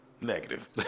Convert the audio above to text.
negative